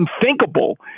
unthinkable